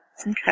Okay